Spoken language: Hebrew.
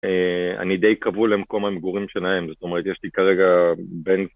אני די קבול למקום המגורים שלהם, זאת אומרת, יש לי כרגע בין...